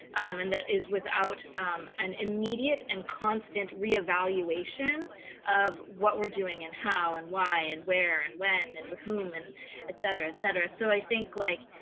and that is without an immediate and constant reevaluation of what we're doing, and how, and why, and where, and when, and with whom, and et cetera, et cetera. so i think like,